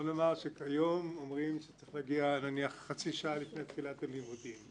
כיום אומרים שצריך להגיע נניח חצי שעה לפני תחילת הלימודים,